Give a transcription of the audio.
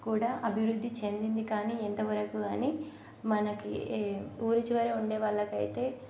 కూడా అభివృద్ధి చెందింది కానీ ఎంతవరకు అని మనకి ఊరి చివర ఉండే వాళ్ళకు అయితే